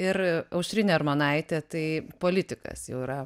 ir aušrinė armonaitė tai politikas jau yra